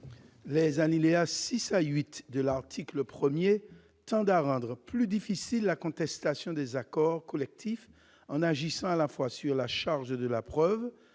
Les alinéas 6 à 8 de l'article 1 tendent à rendre plus difficile la contestation des accords collectifs en agissant à la fois sur la charge de la preuve,